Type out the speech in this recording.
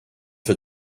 for